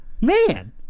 man